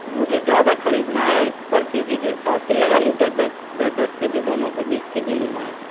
मुझे ज़्यादा खरीदना है पर के जी के हिसाब से लगा लो दस दस दस दस के जी दोनों का बीस के जी लेना है